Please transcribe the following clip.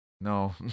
No